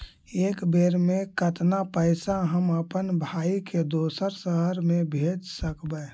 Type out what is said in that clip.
एक बेर मे कतना पैसा हम अपन भाइ के दोसर शहर मे भेज सकबै?